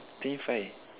twenty five